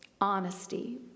honesty